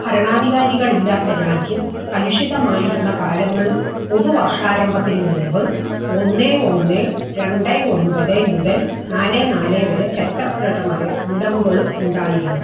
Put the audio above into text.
ഭരണാധികാരികളില്ലാത്ത രാജ്യം കലുഷിതമായിരുന്ന കാലങ്ങളും പൊതുവര്ഷാരംഭത്തിന് മുന്പ് ഒന്ന് ഒന്ന് രണ്ട് ഒൻപത് മുതല് നാല് നാല് വരെ ചരിത്രപരമായ വിടവുകളും ഉണ്ടായിരുന്നു